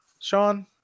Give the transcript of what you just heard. Sean